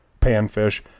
panfish